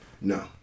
No